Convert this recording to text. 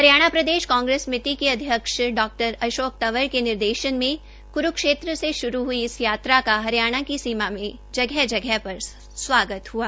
हरियाणा प्रदेश कांग्रेस समिति के अध्यक्ष डाअशोक तंवर के निर्देशन में क्रूक्षेत्र से श्रू हुई यात्रा का हरियाणा की सीमा में जगह जगह स्वागत हुआ